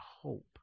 hope